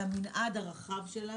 על המנעד הרחב שלה,